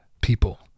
people